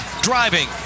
driving